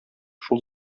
шул